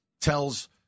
tells